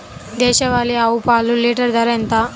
దేశవాలీ ఆవు పాలు లీటరు ధర ఎంత?